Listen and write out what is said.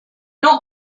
not